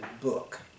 book